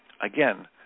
again